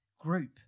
group